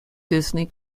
disney